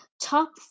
top